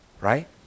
Right